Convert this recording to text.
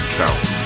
count